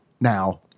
now